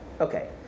Okay